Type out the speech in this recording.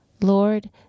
Lord